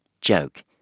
joke